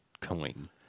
coin